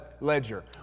ledger